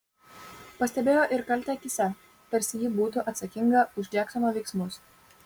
pastebėjo ir kaltę akyse tarsi ji būtų atsakinga už džeksono veiksmus